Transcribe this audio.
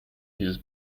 dieses